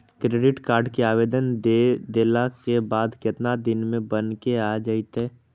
Credit card के आवेदन दे देला के बाद केतना दिन में बनके आ जइतै?